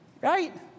Right